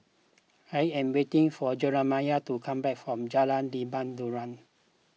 I am waiting for Jerimiah to come back from Jalan Lebat Daun